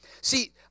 See